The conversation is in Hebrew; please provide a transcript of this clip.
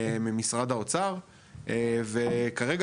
ממשרד האוצר וכרגע,